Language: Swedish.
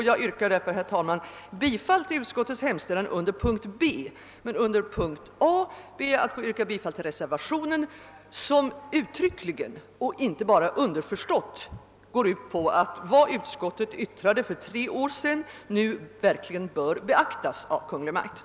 Jag yrkar därför, herr talman, bifall till hemställan under punkten B, men under punkten A ber jag att få yrka bifall till reservationen, som uttryckligen och inte bara underförstått går ut på att vad utskottet yttrade för tre år sedan nu verkligen bör beaktas av Kungl. Maj:t.